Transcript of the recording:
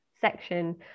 section